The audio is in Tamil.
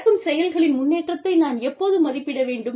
நடக்கும் செயல்களின் முன்னேற்றத்தை நான் எப்போது மதிப்பிட வேண்டும்